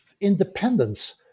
independence